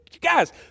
Guys